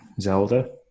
Zelda